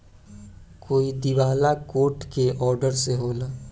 कोई दिवाला कोर्ट के ऑर्डर से होला